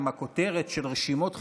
עם הכותרת של רשימות חיסול.